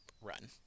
run